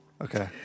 Okay